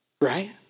right